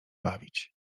bawić